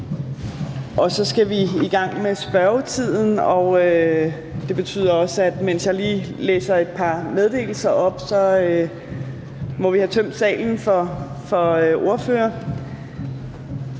Så skal vi i gang med spørgetiden, og det betyder også, at mens jeg lige læser et par meddelelser op, må vi have tømt salen for ordførere.